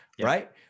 right